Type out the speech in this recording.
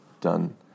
done